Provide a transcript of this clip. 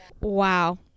Wow